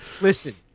Listen